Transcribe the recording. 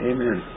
Amen